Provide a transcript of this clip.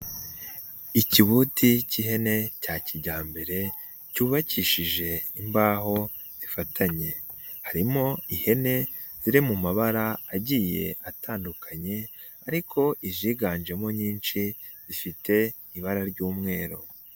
Ikibuti k'ihene cya kijyambere cyubakishije imbaho zifatanye. Harimo ihene ziri mu mabara agiye atandukanye ariko iziganjemo nyinshi zifite ibara ry'umweru.